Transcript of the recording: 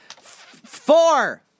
Four